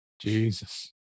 Jesus